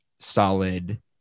solid